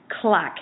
clock